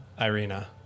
Irina